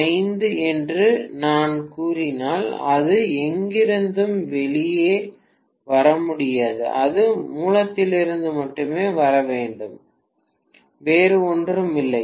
42x105 என்று நான் கூறினால் அது எங்கிருந்தும் வெளியே வர முடியாது அது மூலத்திலிருந்து மட்டுமே வர வேண்டும் வேறு ஒன்றும் இல்லை